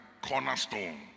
cornerstone